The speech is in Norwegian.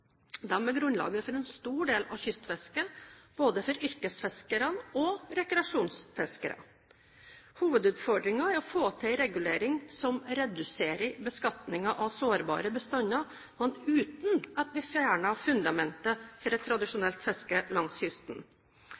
grunnlaget for en stor del av kystfisket, både for yrkesfiskere og rekreasjonsfiskere. Hovedutfordringen er å få til en regulering som reduserer beskatningen av sårbare bestander, men uten at vi fjerner fundamentet for et tradisjonelt fiske langs kysten.